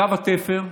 קו התפר,